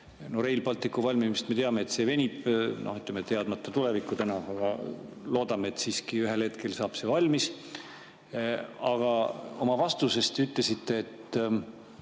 Rail Balticu valmimise kohta me teame täna, et see venib teadmata tulevikku, aga loodame, et siiski ühel hetkel saab see valmis. Aga oma vastuses te ütlesite, et